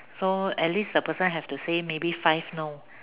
so at least the person have to say maybe five no